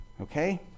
Okay